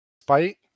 Spite